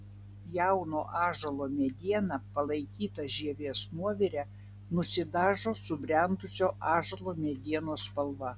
jauno ąžuolo mediena palaikyta žievės nuovire nusidažo subrendusio ąžuolo medienos spalva